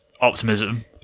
optimism